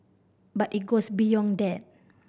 but it goes beyond that